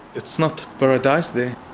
it's not paradise there.